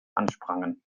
ansprangen